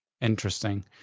Interesting